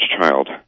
child